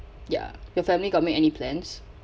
ya your family got make any plans